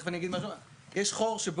מהר, להשלים.